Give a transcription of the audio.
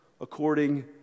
according